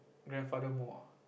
grandfather more